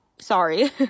sorry